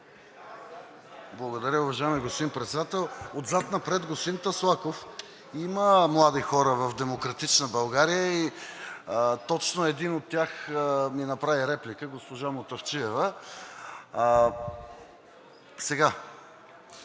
Благодаря, уважаеми господин Председател. Отзад напред – господин Таслаков, има млади хора в „Демократична България“ и точно един от тях ми направи реплика – госпожа Мутафчиева.